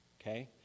okay